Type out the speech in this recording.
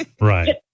Right